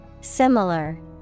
Similar